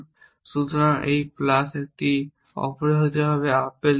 সুতরাং এই প্লাস এই আপনি অপরিহার্যভাবে আপেল দিতে হবে